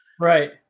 Right